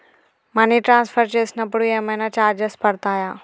Money transfer చేసినప్పుడు ఏమైనా charges పడతయా?